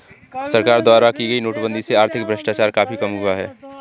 सरकार द्वारा की गई नोटबंदी से आर्थिक भ्रष्टाचार काफी कम हुआ है